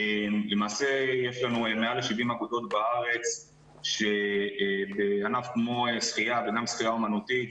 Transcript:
למעשה יש לנו מעל 70 אגודות בארץ בענף כמו שחייה וגם שחייה אומנותית.